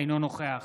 אינו נוכח